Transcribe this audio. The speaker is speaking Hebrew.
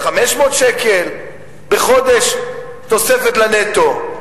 500 שקל בחודש תוספת לנטו.